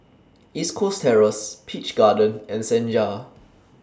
East Coast Terrace Peach Garden and Senja